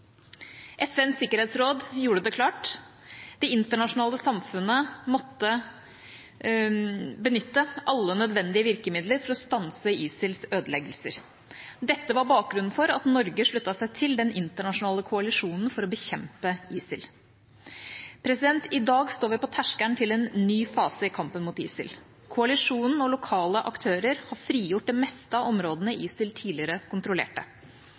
FNs sikkerhetsråd gjorde det klart: Det internasjonale samfunnet måtte benytte alle nødvendige virkemidler for å stanse ISILs ødeleggelser. Dette var bakgrunnen for at Norge sluttet seg til den internasjonale koalisjonen for å bekjempe ISIL. I dag står vi på terskelen til en ny fase i kampen mot ISIL. Koalisjonen og lokale aktører har frigjort det meste av områdene ISIL tidligere kontrollerte.